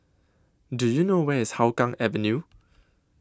Do YOU know Where IS Hougang Avenue